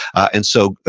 and so,